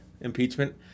impeachment